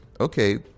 okay